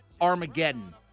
Armageddon